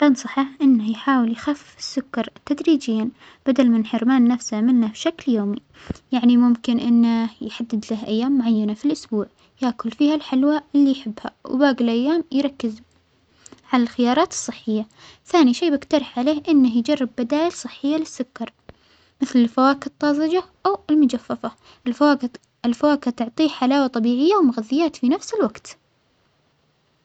بنصحه أنو يحاول يخفف السكر تدريجياً بدلا من حرمان نفسه منه بشكل يومي، يعنى ممكن أنه يحدد له أيام معينة في الأسبوع ياكل فيها الحلوى اللى يحبها، وباجى الأيام يركز عالخيارات الصحية، ثانى شيء بجترح عليه أنه يجرب بدايل صحية للسكر مثل الفواكة الطازجة أو المجففة، الفواكة تعطيه حلاوة طبيعية ومغذيات في نفس الوجت.